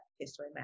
history